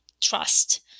trust